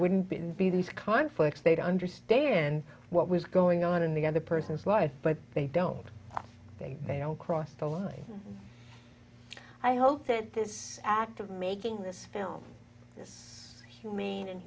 wouldn't be these conflicts they'd understand what was going on in the other person's life but they don't think they don't cross the line and i hope that this act of making this film this humane and